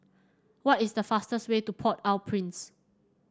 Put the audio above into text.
what is the fastest way to Port Au Prince